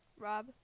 rob